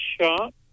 shop